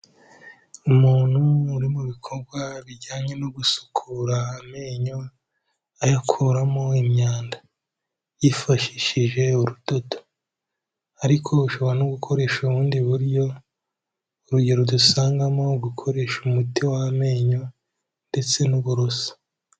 Umuntu uri mu bikorwa bijyanye no gusukura amenyo ayakuramo imyanda yifashishije urudodo ariko ushobora no gukoresha ubundi buryo, urugero dusangamo gukoresha umuti w'amenyo ndetse n'uburoso.